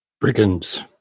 Brigands